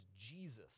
Jesus